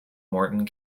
morton